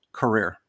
career